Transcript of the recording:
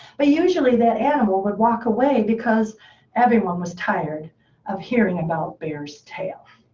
but usually that animal would walk away, because everyone was tired of hearing about bear's tail.